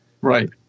Right